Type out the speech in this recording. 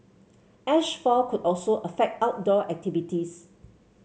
ash fall could also affect outdoor activities